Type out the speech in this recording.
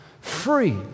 free